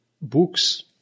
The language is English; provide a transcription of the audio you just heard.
Books